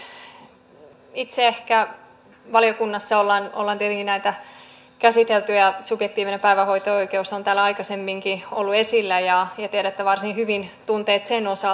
tosiaankin itse valiokunnassa ollaan tietenkin näitä käsitelty ja subjektiivinen päivähoito oikeus on täällä aikaisemminkin ollut esillä ja tiedätte varsin hyvin tunteet sen osalta